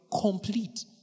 complete